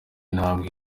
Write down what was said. intambwe